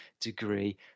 degree